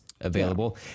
available